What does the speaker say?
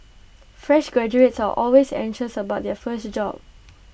fresh graduates are always anxious about their first job